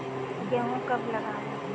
गेहूँ कब लगाएँ?